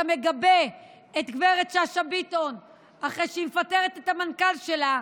אתה מגבה את גב' שאשא ביטון אחרי שהיא מפטרת את המנכ"ל שלה.